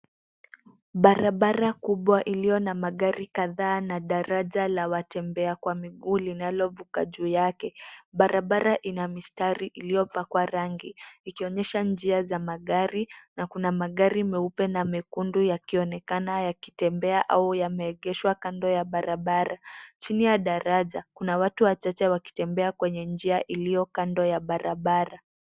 Barabara kubwa ilio na magari kadhaa na daraja la watembeaji kwa miguu linalovuka juu yake. Barabara inamistari iliopakwa rangi ikionyesha njia za magari na kuna magari meupe na mekundu yakionekana yakitembea au yameegesha kando ya barabara. Chini ya daraja kuna watu wachache wakitembea kwenye njia ilio kando ya barabara.